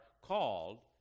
Called